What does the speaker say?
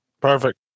Perfect